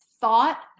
thought